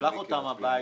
שלח אותם הביתה,